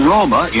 Roma